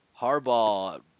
Harbaugh